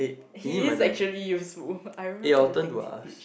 he is actually useful I remember the things he teach